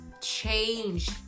change